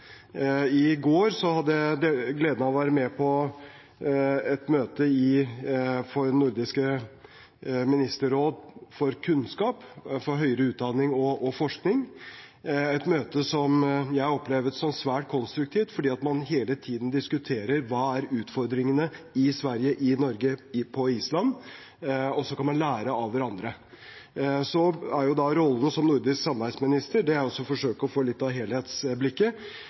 I går hadde jeg gleden av å være med på et møte i Nordisk ministerråd for kunnskap, høyere utdanning og forskning, et møte som jeg opplevde som svært konstruktivt fordi man hele tiden diskuterte hva som er utfordringene i Sverige, i Norge, på Island – og så kan man lære av hverandre. Rollen som nordisk samarbeidsminister innebærer også å forsøke å få